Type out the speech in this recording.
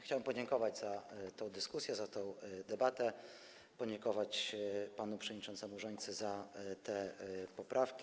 Chciałbym podziękować za tę dyskusję, debatę, podziękować panu przewodniczącemu Rzońcy za poprawki.